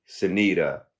Sunita